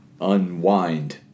unwind